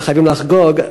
וחייבים לחגוג.